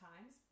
times